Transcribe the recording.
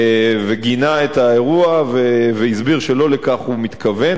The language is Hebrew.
וגינה את האירוע והסביר שלא לכך הוא מתכוון,